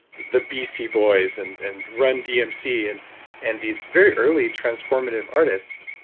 the beastie boys and and run dmc and and these very early transformative artists.